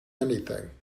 anything